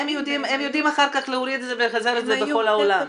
הם יודעים אחר כך להוריד את זה ולפזר את זה בכל העולם.